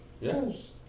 Yes